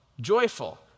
joyful